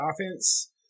offense